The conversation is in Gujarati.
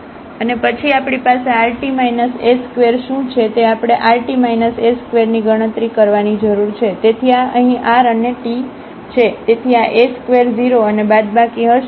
અને પછી આપણી પાસે rt s2 શું છે તે આપણેrt s2 ની ગણતરી કરવાની જરૂર છે તેથી આ અહીં r અને t છે તેથી આs2 0 અને બાદબાકી હશે